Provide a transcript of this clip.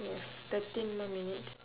we have thirteen more minutes